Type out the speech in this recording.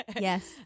Yes